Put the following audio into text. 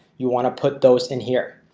you want to put those in here?